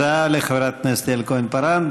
תודה לחברת הכנסת יעל כהן-פארן.